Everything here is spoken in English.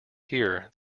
here